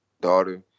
daughter